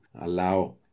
allow